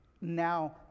now